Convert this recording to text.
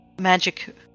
magic